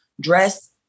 dress